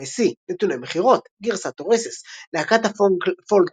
מיקומי שיא נתוני מכירות גרסת טוריסס להקת הפולק